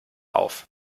auf